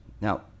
Now